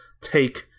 take